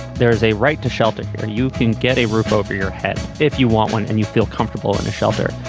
there is a right to shelter and you can get a roof over your head if you want one and you feel comfortable in a shelter.